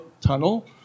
Tunnel